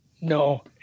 No